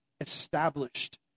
established